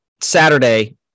Saturday